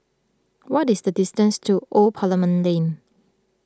what is the distance to Old Parliament Lane